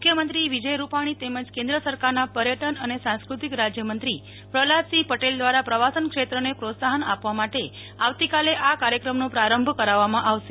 મુખ્યમંત્રી વિજય રૂપાણી તેમજ કેન્દ્ર સરકારના પર્યટન અને સાંસ્કૃતિક રાજ્ય મંત્રી શ્રી પ્રહલાદ સિંહ પંટેલ દ્વારા પ્રવાસન ક્ષેત્રને પ્રોત્સાહન માટે આવતીકાલે આ કાર્યક્રમનો પ્રારંભ કરાવવામાં આવશે